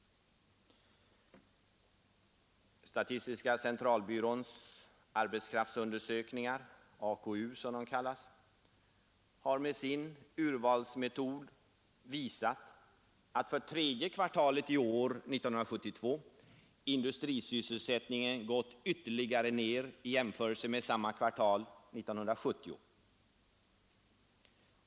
Statistiska centralbyråns arbetskraftsundersökningar — AKU, som de kallas — har med sin urvalsmetod visat att för tredje kvartalet 1972 industrisysselsättningen gått ytterligare ner i jämförelse med samma kvartal 1970.